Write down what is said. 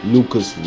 Lucas